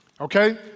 Okay